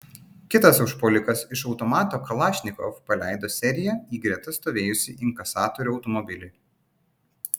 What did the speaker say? kitas užpuolikas iš automato kalašnikov paleido seriją į greta stovėjusį inkasatorių automobilį